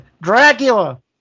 *Dracula*